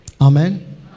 Amen